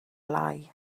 lai